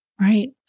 right